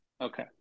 okay